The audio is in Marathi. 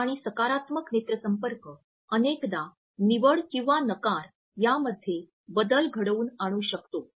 थेट आणि सकारात्मक नेत्र संपर्क अनेकदा निवड किंवा नकार यांमध्ये बदल घडवून आणू शकतो